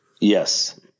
Yes